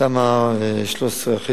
תמ"א 13 אכן